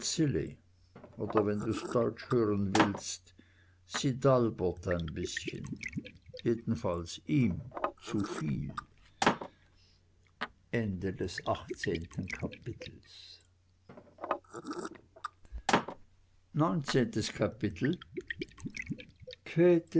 oder wenn du's deutsch hören willst sie dalbert ein bißchen jedenfalls ihm zuviel